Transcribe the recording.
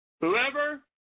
Whoever